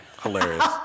Hilarious